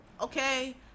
okay